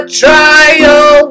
trial